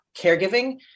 caregiving